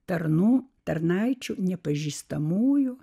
tarnų tarnaičių nepažįstamųjų